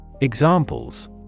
Examples